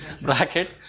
bracket